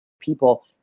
people